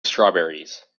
strawberries